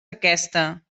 aquesta